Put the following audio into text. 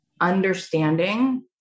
understanding